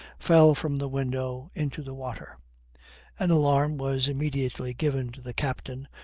fell from the window into the water an alarm was immediately given to the captain,